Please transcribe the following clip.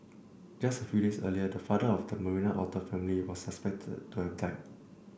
just a few days earlier the father of the Marina otter family was suspected to have died